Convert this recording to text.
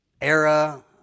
era